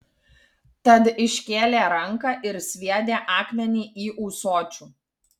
tad iškėlė ranką ir sviedė akmenį į ūsočių